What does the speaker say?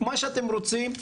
מה שאתם רוצים,